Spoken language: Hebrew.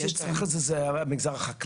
מי שצריך את זה הוא המגזר החקלאי?